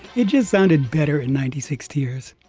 it just sounded better in ninety six tears